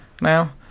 now